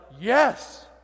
yes